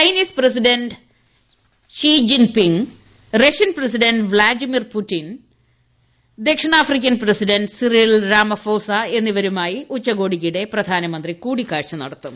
Chinese president Jin Ping Russian president Vladimir Putin ദക്ഷിണാഫ്രിക്കൻ president Cyril Ramaphosa എന്നിവരുമായി ഉച്ചകോടിക്കിടെ പ്രധാനമന്ത്രി കൂടിക്കാഴ്ച നടത്തും